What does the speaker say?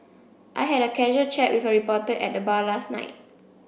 I had a casual chat with a reporter at the bar last night